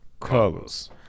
colors